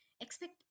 Expect